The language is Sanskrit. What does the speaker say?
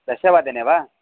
दशवादने वा